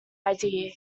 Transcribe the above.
idea